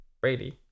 Brady